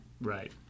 Right